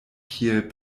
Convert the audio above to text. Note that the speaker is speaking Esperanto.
kiel